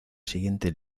siguiente